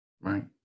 Right